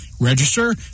Register